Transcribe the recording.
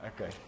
Okay